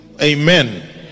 Amen